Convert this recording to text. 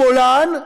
שמאלן,